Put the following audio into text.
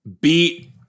beat